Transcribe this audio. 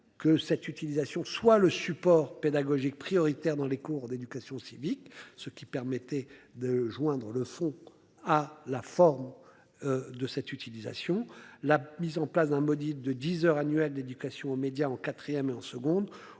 Que cette utilisation soit le support pédagogique prioritaire dans les cours d'éducation civique, ce qui permettait de joindre le fond à la forme. De cette utilisation, la mise en place d'un maudit de 10h annuelles d'éducation aux médias en quatrième et en seconde,